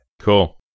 Cool